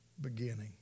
beginning